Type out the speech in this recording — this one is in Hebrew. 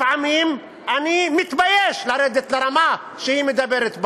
לפעמים אני מתבייש לרדת לרמה שהיא מדברת בה.